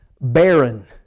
barren